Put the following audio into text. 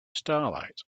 starlight